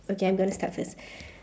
okay I'm gonna start first